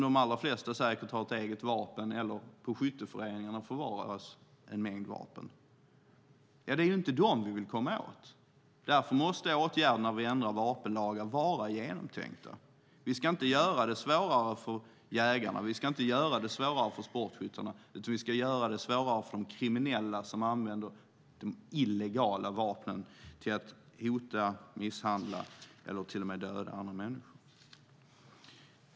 De allra flesta har säkert ett eget vapen, och på skytteföreningarna förvaras en mängd vapen. Det är inte dessa personer vi vill komma åt. Därför måste ändringarna av vapenlagarna vara genomtänkta. Vi ska inte göra det svårare för jägarna eller för sportskyttarna, utan vi ska göra det svårare för de kriminella som använder de illegala vapnen till att hota, misshandla eller till och med döda andra människor.